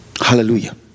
hallelujah